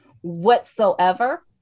whatsoever